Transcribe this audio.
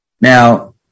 Now